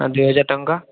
ହଁ ଦୁଇହଜାର ଟଙ୍କା